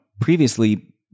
previously